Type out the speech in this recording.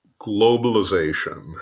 globalization